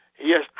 yes